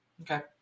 Okay